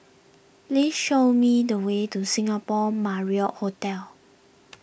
please show me the way to Singapore Marriott Hotel